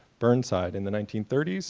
burnside in the nineteen thirty s,